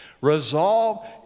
Resolve